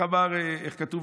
איך כתוב?